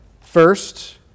First